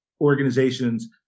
organizations